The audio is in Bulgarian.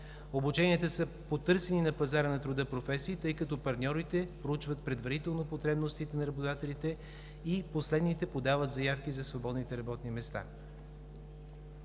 Обученията са по търсени на пазара на труда професии, тъй като партньорите проучват предварително потребностите на работодателите и последните подават заявки за свободните работни места.